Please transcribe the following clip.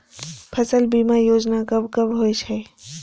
फसल बीमा योजना कब कब होय छै?